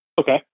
Okay